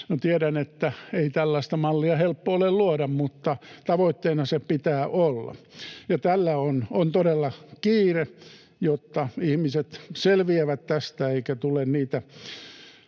tiedän, että ei tällaista mallia helppo ole luoda, mutta tavoitteena sen pitää olla. Ja tällä on todella kiire, jotta ihmiset selviävät tästä eikä tule niitä